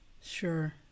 Sure